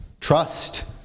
Trust